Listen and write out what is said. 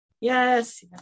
Yes